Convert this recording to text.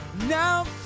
now